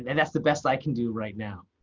and that's the best i can do right now.